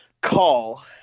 call